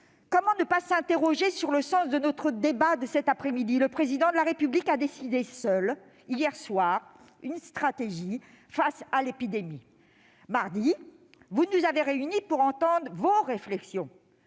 comment ne pas s'interroger sur le sens de notre débat de cet après-midi ? Le Président de la République a décidé seul, hier soir, d'une stratégie face à l'épidémie. Mardi dernier, vous nous avez réunis pour entendre vos réflexions,